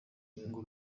ngo